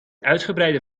uitgebreide